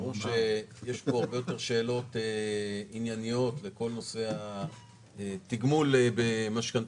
ברור שיש פה הרבה יותר שאלות ענייניות וכל נושא התגמול במשכנתאות,